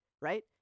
Right